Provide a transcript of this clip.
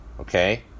Okay